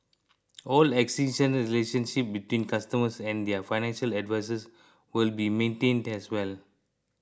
all existing relationships between customers and their financial advisers will be maintained as well